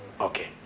Okay